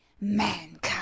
mankind